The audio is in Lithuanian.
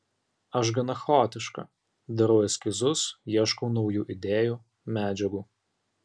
aš gana chaotiška darau eskizus ieškau naujų idėjų medžiagų